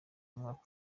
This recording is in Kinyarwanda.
umwaka